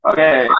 Okay